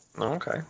Okay